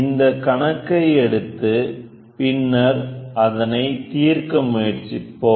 இந்த கணக்கை எடுத்து பின்னர் அதனை தீர்க்க முயற்சிப்போம்